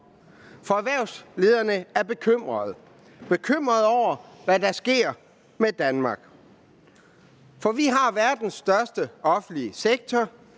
fordi erhvervslederne er bekymrede. De er bekymrede over, hvad der sker med Danmark. For vi har verdens største offentlige sektor,